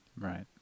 Right